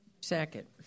Second